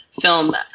film